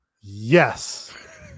Yes